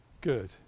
Good